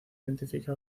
identifica